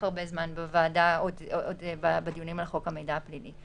הרבה זמן בוועדה בדיונים על חוק המידע הפלילי.